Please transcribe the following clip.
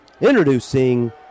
Introducing